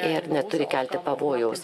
ir neturi kelti pavojaus